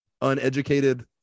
uneducated